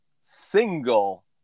single